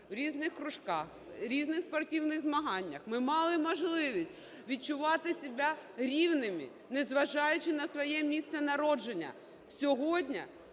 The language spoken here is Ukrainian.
у різних кружках, різних спортивних змаганнях. Ми мали можливість відчувати себе рівними, незважаючи на своє місце народження. Сьогодні